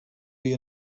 you